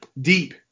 deep